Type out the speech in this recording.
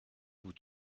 vous